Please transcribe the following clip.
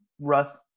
Russ